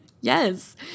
Yes